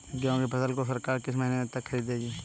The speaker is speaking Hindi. गेहूँ की फसल को सरकार किस महीने तक खरीदेगी?